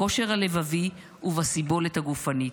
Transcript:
בכושר הלבבי ובסיבולת הגופנית.